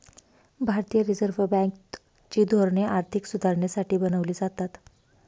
भारतीय reserve bank ची धोरणे आर्थिक सुधारणेसाठी बनवली जातात